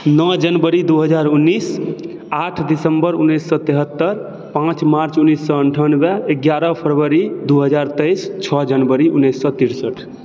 नओ जनवरी दु हजार उन्नैस आठ दिसम्बर उन्नैस सए तिहत्तर पाँच मार्च उन्नैस सए अनठानबे एगारह फरवरी दू हजार तेइस छओ जनवरी उन्नैस सए तिरसठि